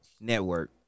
network